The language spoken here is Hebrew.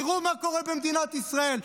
תראו מה קורה במדינת ישראל.